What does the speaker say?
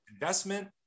investment